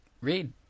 read